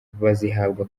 bazihabwa